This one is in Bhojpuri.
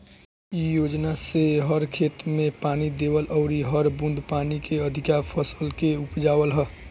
इ योजना से हर खेत में पानी देवल अउरी हर बूंद पानी से अधिका फसल के उपजावल ह